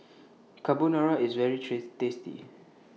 Carbonara IS very treats tasty